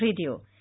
Radio